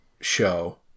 show